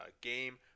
game